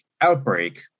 outbreak